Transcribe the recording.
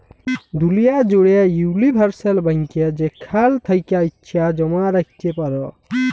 দুলিয়া জ্যুড়ে উলিভারসাল ব্যাংকে যেখাল থ্যাকে ইছা জমা রাইখতে পারো